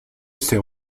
sert